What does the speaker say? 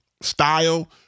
style